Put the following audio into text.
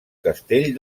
castell